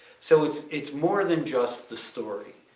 so it's it's more than just the story.